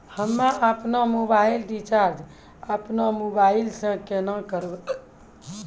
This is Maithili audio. हम्मे आपनौ मोबाइल रिचाजॅ आपनौ मोबाइल से केना करवै?